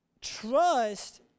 trust